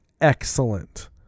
excellent